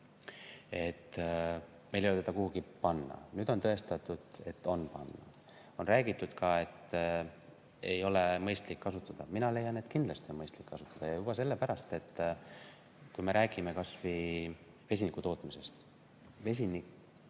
meil ei ole teda kuhugi panna. Nüüd on tõestatud, et on panna. On räägitud ka, et ei ole mõistlik kasutada. Mina leian, et kindlasti on mõistlik kasutada. Juba sellepärast, et kui me räägime kas või vesinikutootmisest,